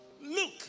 Look